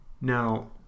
Now